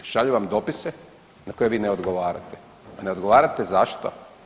Šaljem vam dopise na koje vi ne odgovarate, a ne odgovarate zašto?